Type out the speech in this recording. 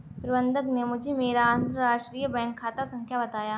प्रबन्धक ने मुझें मेरा अंतरराष्ट्रीय बैंक खाता संख्या बताया